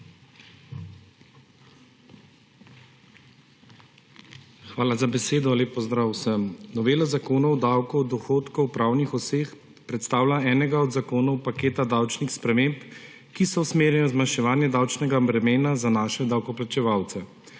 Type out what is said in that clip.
Hvala za besedo. Lep pozdrav vsem! Novela Zakona o davku od dohodkov pravnih oseb predstavlja enega od zakonov paketa davčnih sprememb, ki so usmerjene v zmanjševanje davčnega bremena za naše davkoplačevalce.